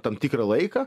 tam tikrą laiką